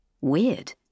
Weird